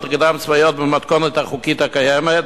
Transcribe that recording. הקדם-צבאיות במתכונות החוקית הקיימת,